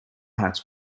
hats